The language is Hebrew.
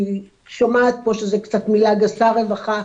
אני שומעת פה שזה קצת מילה גסה רווחה,